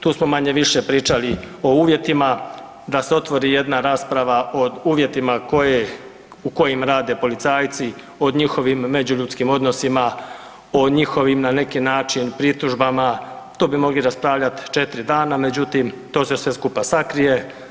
Tu smo manje-više pričali o uvjetima da se otvori jedna rasprava o uvjetima u kojim rade policajci, o njihovim međuljudskim odnosima, o njihovim na neki način pritužbama to bi mogli raspravljati 4 dana, međutim to se sve skupa sakrije.